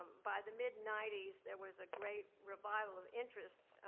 by the mid ninety s, there was a great revival of interest,